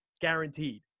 guaranteed